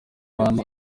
abantu